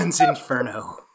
Inferno